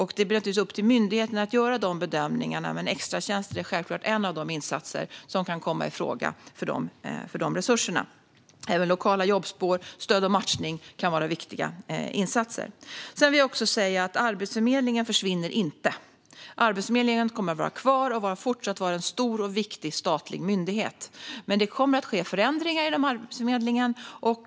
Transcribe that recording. Det blir naturligtvis upp till myndigheten att göra dessa bedömningar, men extratjänster är självfallet en av de insatser som kan komma i fråga för dessa resurser. Även lokala jobbspår, stöd och matchning kan vara viktiga insatser. Jag vill också säga att Arbetsförmedlingen inte försvinner. Arbetsförmedlingen kommer att vara kvar och fortsätta att vara en stor och viktig statlig myndighet, men det kommer att ske förändringar.